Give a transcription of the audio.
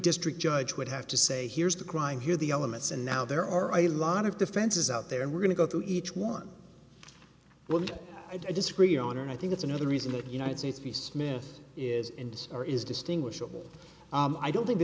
district judge would have to say here's the crime here the elements and now there are a lot of defenses out there and we're going to go through each one well i disagree on and i think it's another reason that united states v smith is indeed or is distinguishable i don't think the